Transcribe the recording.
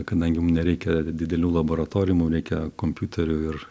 kadangi mum nereikia didelių laboratorijų mum reikia kompiuterių ir